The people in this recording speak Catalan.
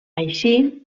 així